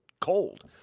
cold